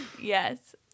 Yes